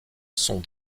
sont